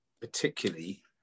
particularly